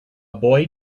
boy